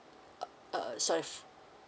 uh uh so if